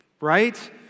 Right